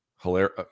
Hilarious